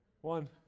one